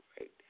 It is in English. right